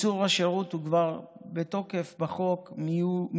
קיצור השירות הוא כבר בתוקף בחוק מיולי,